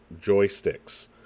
joysticks